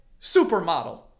supermodel